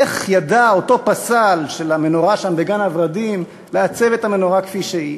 איך ידע אותו פסל של המנורה שם בגן-הוורדים לעצב את המנורה כפי שהיא?